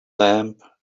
lamp